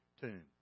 tomb